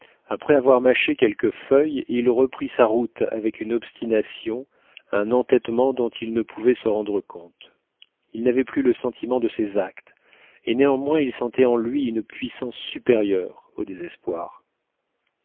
après avoir mâché quelques feuilles il reprit sa route avec une obstination un entêtement dont il ne pouvait se rendre compte il n'avait plus le sentiment de ses actes et néanmoins il sentait en lui une puissance supérieure au désespoir